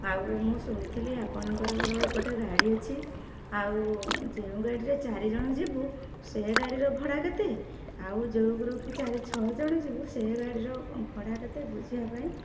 ଆଉ ମୁଁ ଶୁଣିଥିଲି ଆପଣଙ୍କର ଗୋଟେ ଗାଡ଼ି ଅଛି ଆଉ ଯେଉଁ ଗାଡ଼ିରେ ଚାରିଜଣ ଯିବୁ ସେ ଗାଡ଼ିର ଭଡ଼ା କେତେ ଆଉ ଯେଉଁ ଗ୍ରୁପ ଚାରି ଛଅ ଜଣ ଯିବୁ ସେ ଗାଡ଼ିର ଭଡ଼ା କେତେ ବୁଝିବା ପାଇଁ